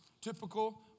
typical